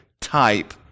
type